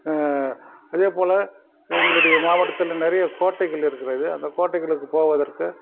இதே போல் எங்களுடைய மாவட்டத்தில் நிறைய கோட்டைகள் இருக்கிறது அந்த கோட்டைகளுக்கு போவதற்கு